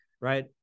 right